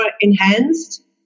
enhanced